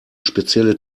spezielle